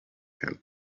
him